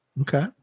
Okay